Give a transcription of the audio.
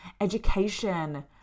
education